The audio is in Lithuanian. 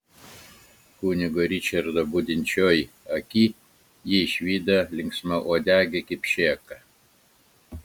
kunigo ričardo budinčioj aky ji išvydo linksmauodegį kipšėką